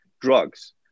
drugs